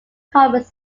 covers